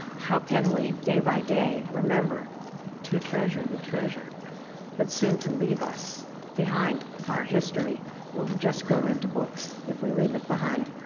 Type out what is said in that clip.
how can we, day-by-day, remember to treasure the treasure that's soon to leave us behind? our history will just go into books if we leave it behind.